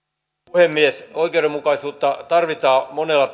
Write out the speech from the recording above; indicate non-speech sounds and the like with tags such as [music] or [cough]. puhemies oikeudenmukaisuutta tarvitaan monella [unintelligible]